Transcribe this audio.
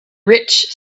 rich